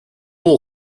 will